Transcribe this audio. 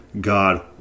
God